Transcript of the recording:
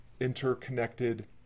interconnected